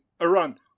Iran